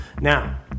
now